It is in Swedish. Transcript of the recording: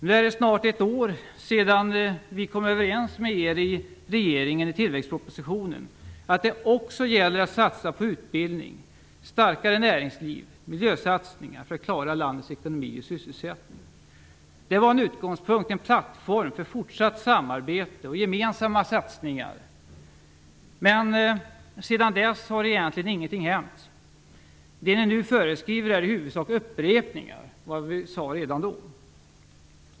Nu är det snart ett år sedan vi kom överens med er i regeringen i tillväxtpropositionen om att det också gäller att satsa på utbildning, starkare näringsliv och miljö för att klara landets ekonomi och sysselsättning. Det var en utgångspunkt och en plattform för fortsatt samarbete och gemensamma satsningar. Men sedan dess har egentligen ingenting hänt. Det ni nu föreskriver är i huvudsak upprepningar av vad vi sade redan då.